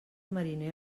mariner